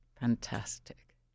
Fantastic